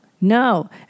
No